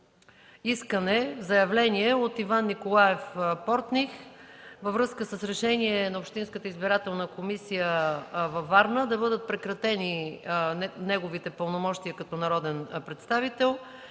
искане-заявление от Иван Николаев Портних във връзка с решение на Общинската избирателна комисия във Варна – да бъдат прекратени неговите пълномощия като народен представител.